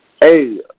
Hey